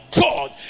God